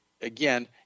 Again